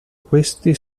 questi